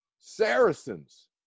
Saracens